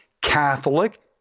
Catholic